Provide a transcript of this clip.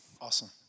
Awesome